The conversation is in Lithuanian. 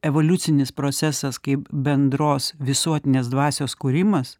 evoliucinis procesas kaip bendros visuotinės dvasios kūrimas